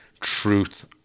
truth